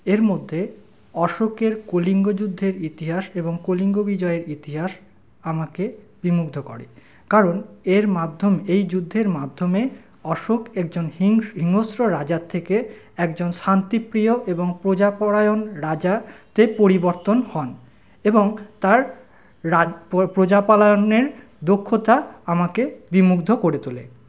এর মধ্যে অশোকের কলিঙ্গ যুদ্ধের ইতিহাস এবং কলিঙ্গবিজয়ের ইতিহাস আমাকে বিমুগ্ধ করে কারণ এর মাধ্যম এই যুদ্ধের মাধ্যমে অশোক একজন হিংস হিংস্র রাজা থেকে একজন শান্তিপ্রিয় এবং প্রজাপরায়ণ রাজাতে পরিবর্তন হন এবং তার প্রজাপালনের দক্ষতা আমাকে বিমুগ্ধ করে তোলে